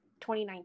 2019